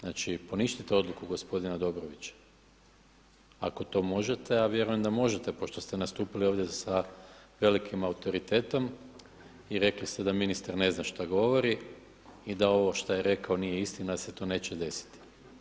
Znači, poništite odluku gospodina Dobrovića ako to možete, a vjerujem da možete pošto se nastupili ovdje sa velikim autoritetom i rekli ste da ministar ne zna šta govori i da ovo šta je rekao nije istina da se to neće desiti.